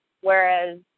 whereas